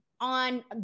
on